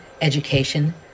education